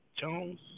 Jones